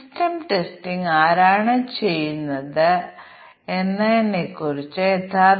അതിനാൽ ഒരു നിർദ്ദിഷ്ട ഫോൺ സെറ്റിനായുള്ള Android നായുള്ള കോൺഫിഗറേഷനാണിത്